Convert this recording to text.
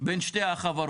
בין שתי החברות,